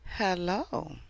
Hello